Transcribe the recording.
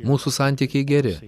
mūsų santykiai geri